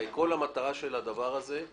הרי כל המטרה של זה היא